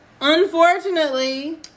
unfortunately